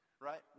right